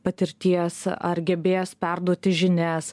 patirties ar gebės perduoti žinias